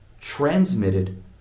transmitted